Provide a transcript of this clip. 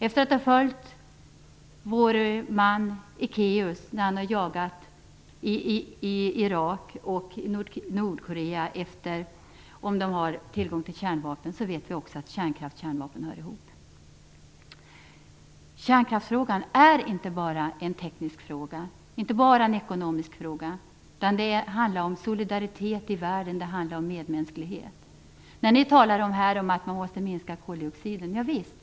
Efter att ha följt vår man Ekéus när han i Irak och Nordkorea har jagat information om huruvida de har tillgång till kärnvapen vet vi också att kärnkraft och kärnvapen hör ihop. Kärnkraftsfrågan är inte bara en teknisk eller ekonomisk fråga, utan det handlar också om solidaritet i världen och om medmänsklighet. Ni talar här om att koldioxiden måste minska. Javisst!